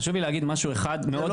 חשוב לי להגיד משהו אחד חשוב שקורה עכשיו.